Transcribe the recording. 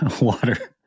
water